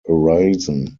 arisen